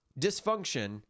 Dysfunction